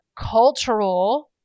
cultural